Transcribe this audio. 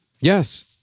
Yes